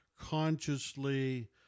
consciously